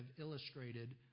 illustrated